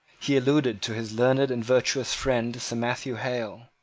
he alluded to his learned and virtuous friend sir matthew hale.